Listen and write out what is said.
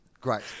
Great